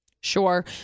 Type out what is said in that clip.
sure